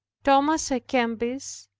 thomas a'kempis,